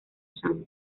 sam